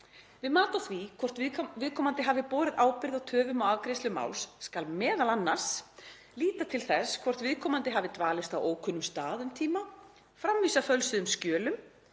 Við mat á því hvort viðkomandi hafi borið ábyrgð á töfum á afgreiðslu máls skal m.a. líta til þess hvort viðkomandi hafi dvalist á ókunnum stað um tíma, framvísað fölsuðum skjölum